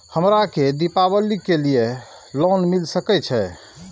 हमरा के दीपावली के लीऐ लोन मिल सके छे?